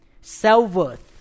self-worth